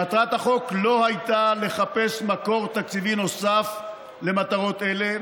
מטרת החוק לא הייתה לחפש מקור תקציבי נוסף למטרות אלה,